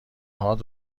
هات